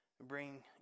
bring